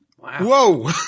Whoa